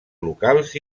locals